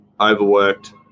overworked